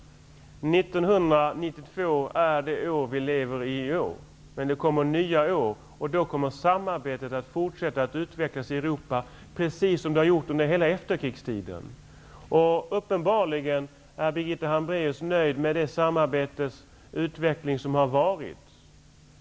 1992 är det år vi lever i nu, men det kommer nya år, och samarbetet fortsätter att utvecklas i Europa precis som det gjort under hela efterkrigstiden. Uppenbarligen är Birgitta Hambraeus nöjd med den utveckling som har varit.